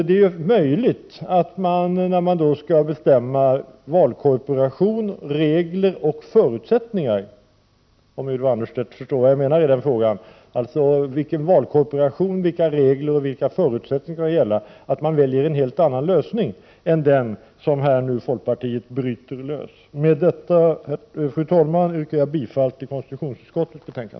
Det är möjligt att man när man bestämmer valkorporation, regler och förutsättningar vid biskopsval väljer en helt annan lösning än den som folkpartiet förordar. Med detta, fru talman, yrkar jag än en gång bifall till konstitutionsutskottets hemställan.